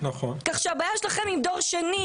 כך שהבעיה שלכם היא עם דור שני,